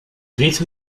drehte